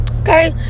Okay